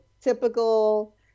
typical